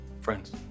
Friends